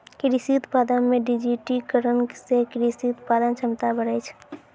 कृषि उत्पादन मे डिजिटिकरण से कृषि उत्पादन क्षमता बढ़ै छै